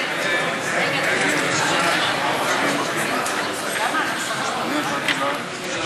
ההצעה להעביר לוועדה את הצעת חוק-יסוד: ישראל,